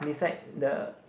beside the